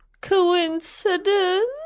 Coincidence